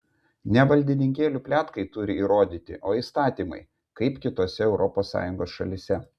ne valdininkėlių pletkai turi įrodyti o įstatymai kaip kitose europos sąjungos šalyse